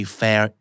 fair